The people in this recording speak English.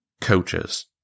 coaches